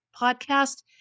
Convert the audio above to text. podcast